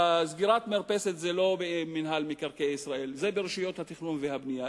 סגירת מרפסת זה לא במינהל מקרקעי ישראל אלא ברשויות התכנון והבנייה.